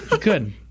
Good